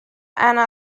ana